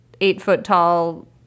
eight-foot-tall